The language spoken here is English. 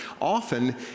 often